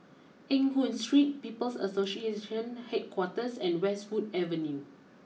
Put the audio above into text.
Eng Hoon Street People's Association Headquarters and Westwood Avenue